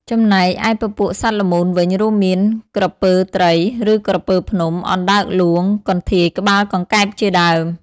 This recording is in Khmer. ចំណែកឯពពួកសត្វល្មូនវិញ រួមមាន ក្រពើត្រី ឬក្រពើភ្នំ អណ្តើកហ្លួង កន្ធាយក្បាលកង្កែបជាដើម។